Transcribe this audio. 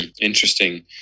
Interesting